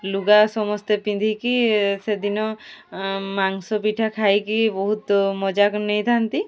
ଲୁଗା ସମସ୍ତେ ପିନ୍ଧିକି ସେଦିନ ମାଂସ ପିଠା ଖାଇକି ବହୁତ ମଜା ନେଇଥାନ୍ତି